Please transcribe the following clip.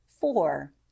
Four